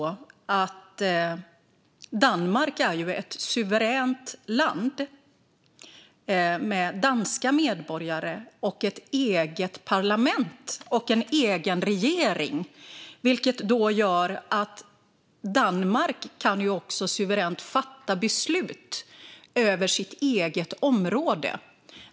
Samtidigt är Danmark ett suveränt land med danska medborgare, ett eget parlament och en egen regering, vilket gör att Danmark suveränt kan fatta beslut över sitt eget område.